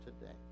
today